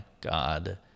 God